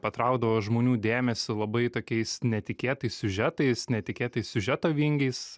patraukdavo žmonių dėmesį labai tokiais netikėtais siužetais netikėtais siužeto vingiais